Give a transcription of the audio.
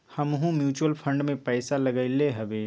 हमहुँ mutual fund में पइसा लगइली हबे